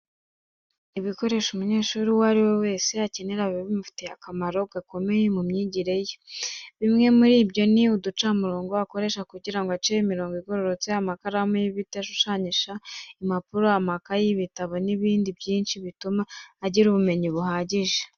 Ibikoresho umunyeshuri uwo ari we wese akenera biba bimufitiye akamaro gakomeye mu myigire ye. Bimwe muri byo ni uducamurongo akoresha kugira ngo ace imirongo igororotse, amakaramu y'ibiti ashushanyisha, impapuro, amakayi, ibitabo n'ibindi byinshi bituma agira ubumenyi buhagije.